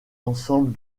ensemble